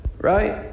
right